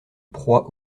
proie